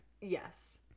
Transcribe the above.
Yes